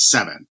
Seven